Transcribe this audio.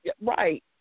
right